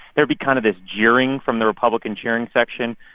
there'd be kind of this jeering from the republican cheering section,